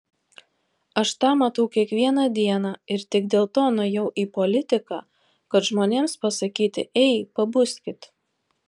aš tą matau kiekvieną dieną ir tik dėl to nuėjau į politiką kad žmonėms pasakyti ei pabuskit